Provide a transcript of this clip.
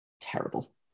Terrible